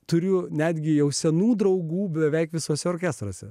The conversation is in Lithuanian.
turiu netgi jau senų draugų beveik visose orkestruose